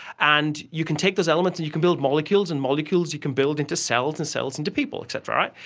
and you can take those elements and you can build molecules, and molecules you can build into cells, and cells into people et cetera.